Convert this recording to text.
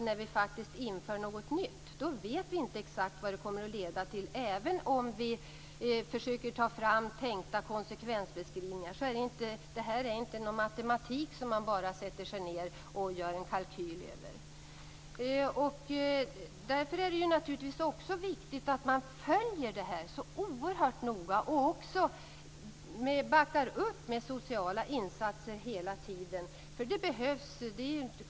När vi inför något nytt vet vi inte exakt vad det kommer att leda till, även om vi försöker ta fram tänkta konsekvensbeskrivningar. Det är inte fråga om matematik, att sätta ihop en kalkyl. Det är viktigt att följa denna fråga oerhört noga, att backa upp med sociala insatser. Det behövs.